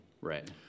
Right